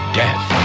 death